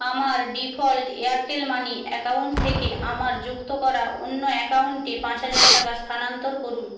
আমার default Airtel money account থেকে আমার যুক্ত করা অন্য অ্যাকাউন্টে পাঁচ হাজার টাকা স্থানান্তর করুন